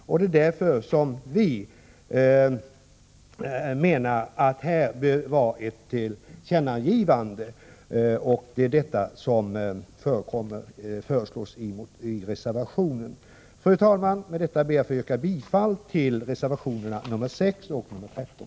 Vi menar alltså att här bör göras ett tillkännagivande, och detta föreslås i reservationen. Fru talman! Med detta ber jag att få yrka bifall till reservationerna 6 och 13.